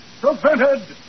prevented